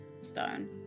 stone